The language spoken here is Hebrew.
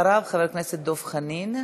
אחריו, חבר הכנסת דב חנין.